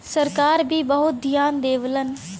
सरकार भी बहुत धियान देवलन